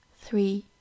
three